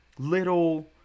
little